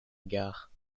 gare